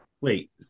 Wait